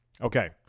Okay